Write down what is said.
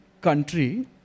country